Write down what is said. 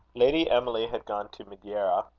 lady emily had gone to madeira,